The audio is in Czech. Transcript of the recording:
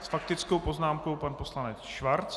S faktickou poznámkou pan poslanec Schwarz.